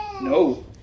No